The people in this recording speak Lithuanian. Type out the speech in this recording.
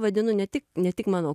vadinu ne tik ne tik mano